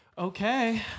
Okay